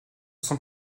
sont